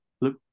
look